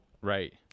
right